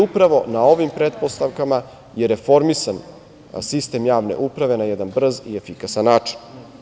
Upravo na ovim pretpostavkama je reformisan sistem javne uprave na jedan brz i efikasan način.